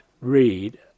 read